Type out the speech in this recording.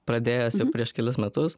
pradėjęs jau prieš kelis metus